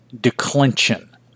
declension